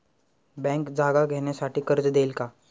Bank जागा घेण्यासाठी कर्ज देईल का?